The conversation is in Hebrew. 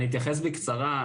אני אתייחס בקצרה.